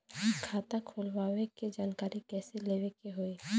खाता खोलवावे के जानकारी कैसे लेवे के होई?